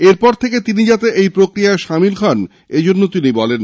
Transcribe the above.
এরপর থেকে তিনি যাতে এই প্রক্রিয়ায় সামিল হন এজন্য তিনি বলেন